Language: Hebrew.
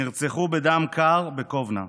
נרצחו בדם קר בקובנה.